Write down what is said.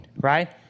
right